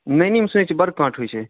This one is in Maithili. नैनीमे सुनै छी बड़ काँट होइ छै